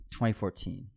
2014